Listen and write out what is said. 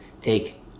take